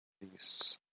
beasts